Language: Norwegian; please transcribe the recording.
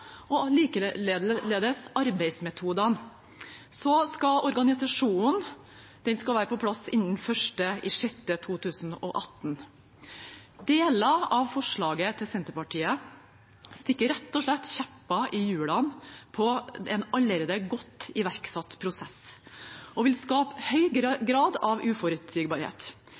og likeledes arbeidsmetoder. Så skal organisasjonen være på plass innen 1. juni 2018. Deler av forslaget til Senterpartiet stikker rett og slett kjepper i hjulene på en allerede godt iverksatt prosess og vil skape høy grad av uforutsigbarhet.